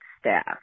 staff